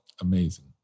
Amazing